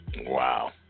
Wow